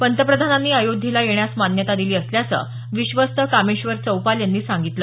पंतप्रधानांनी अयोध्येला येण्यास मान्यता दिली असल्याचं विश्वस्त कामेश्वर चौपाल यांनी सांगितलं